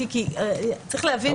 הייתי רוצה לומר